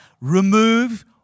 remove